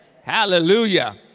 Hallelujah